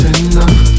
enough